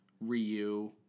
Ryu